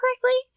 correctly